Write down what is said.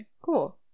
Cool